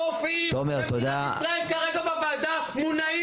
הרופאים במדינת ישראל כרגע בוועדה מונעים